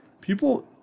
people